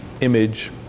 image